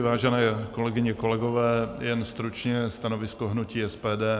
Vážené kolegyně, kolegové, jen stručně stanovisko hnutí SPD.